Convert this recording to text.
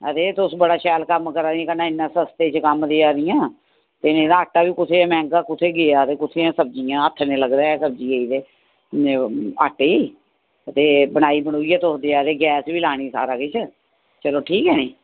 ते तुस बड़ा शैल कम्म करा दियां कन्नै इन्ना सस्ते च कम्म देआ दियां ते निरा आटा बी कुत्थें ऐ मैंह्गा कुत्थें गेआ ते कुत्थें ऐ सब्ज़ियां हत्थ नि लगदा ऐ सब्ज़ियै गी ते आटे ई ते बनाई बनुइयै तुस देआ दे गैस बी लानी सारे किश चलो ठीक ऐ नि